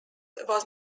was